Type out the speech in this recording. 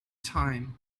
time